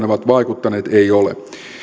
ovat vaikuttaneet ei ole